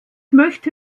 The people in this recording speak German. möchte